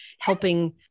helping